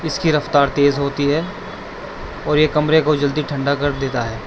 اس کی رفتار تیز ہوتی ہے اور یہ کمرے کو جلدی ٹھنڈا کر دیتا ہے